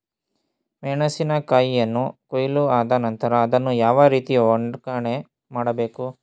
ಮೆಣಸಿನ ಕಾಯಿಯನ್ನು ಕೊಯ್ಲು ಆದ ನಂತರ ಅದನ್ನು ಯಾವ ರೀತಿ ಒಕ್ಕಣೆ ಮಾಡಬೇಕು?